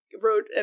wrote